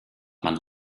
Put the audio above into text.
man